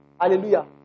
Hallelujah